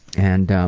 and